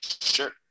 sure